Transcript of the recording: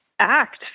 act